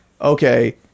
okay